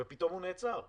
ופתאום הוא נעצר.